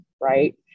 Right